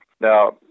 Now